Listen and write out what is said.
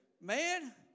Man